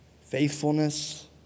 faithfulness